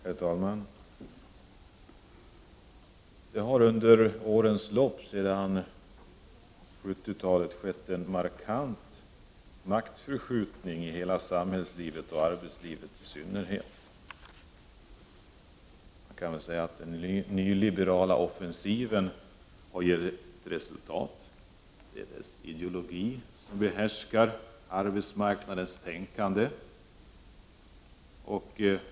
Herr talman! Det har under årens lopp, sedan 70-talet, skett en markant maktförskjutning i hela samhällslivet, och i arbetslivet i synnerhet. Man kan väl säga att den nyliberala offensiven har gett resultat. Det är dess ideologi som behärskar arbetsmarknadens tänkande.